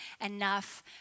enough